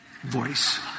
voice